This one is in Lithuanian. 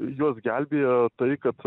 juos gelbėja tai kad